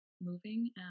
moving